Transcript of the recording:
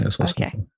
Okay